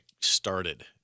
started